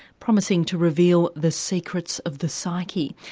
promising to reveal the secrets of the psyche.